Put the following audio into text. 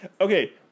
okay